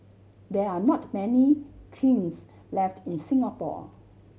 there are not many kilns left in Singapore